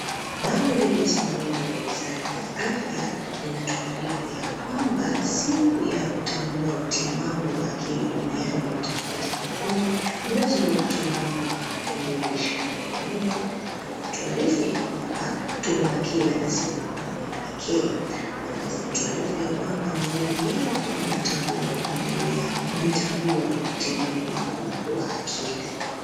Bango lililosimamiwa na wizara ya afya linatuarifu ya kwamba siku ya kutambua utimamu wa akili duniani utakuwa tarehe kumi mwezi wa Oktoba mwaka wa 2024. Na wanatuarifu ya kwamba tumebakia na siku kumi pekee. Wanaweza kutuarifu ya kwamba maudhui yao makuu itakuwa kuongelea kujitambua utimamu wako wa akili.